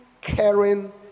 caring